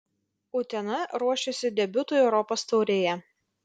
utena ruošiasi debiutui europos taurėje